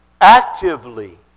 actively